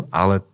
ale